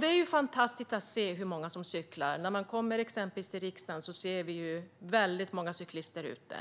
Det är fantastiskt att se hur många som cyklar. När man exempelvis kommer till riksdagen ser man väldigt många cyklister ute.